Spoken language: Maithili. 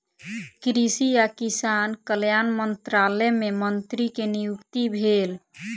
कृषि आ किसान कल्याण मंत्रालय मे मंत्री के नियुक्ति भेल